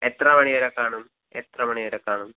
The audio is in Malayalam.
എത്രമണിവരെ കാണും എത്രമണിവരെ കാണും